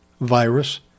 virus